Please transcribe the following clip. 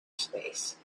space